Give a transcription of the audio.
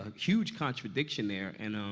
ah huge contradiction there. and,